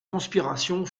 conspiration